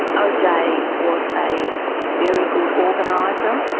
oj was a very good organizer.